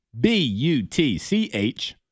B-U-T-C-H